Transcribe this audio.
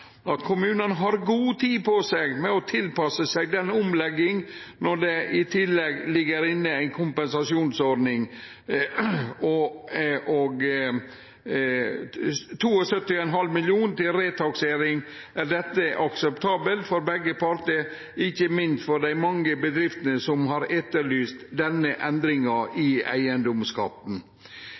at kommunane har god tid på seg til å tilpasse seg den omlegginga. Når det i tillegg ligg inne ei kompensasjonsordning og 72,5 mill. kr til retaksering, er dette akseptabelt for begge partar, ikkje minst for dei mange bedriftene som har etterlyst denne endringa av eigedomsskatten. I